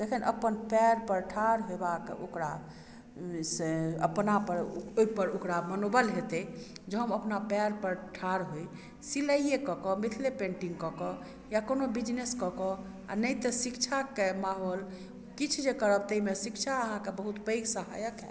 जखन अपन पएर पर ठाड़ होबाके ओकरा से अपना पर ओकरा मनोबल हेतै जे हम अपना पएर पर ठाड़ होइ सिलाइए कऽ के मिथिले पेंटिंग कऽ के या कोनो बिजनेस कऽ के आ नहि तऽ शिक्षा के माहौल किछु जे करब ताहिमे शिक्षा अहाँकेॅं बहुत पैघ सहायक होयत